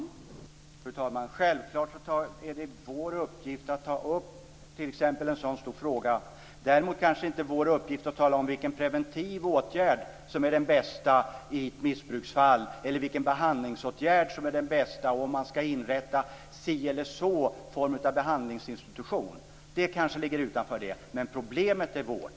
Fru talman! Självklart är det vår uppgift att ta upp en sådan stor fråga. Däremot är det kanske inte vår uppgift att tala om vilken preventiv åtgärd som är den bästa i missbruksfall, vilken behandlingsåtgärd som är den bästa och om man skall inrätta den eller den formen av behandlingsinstitution. Det kanske ligger utanför. Men problemet är vårt.